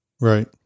Right